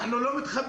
אנחנו לא מתחברים.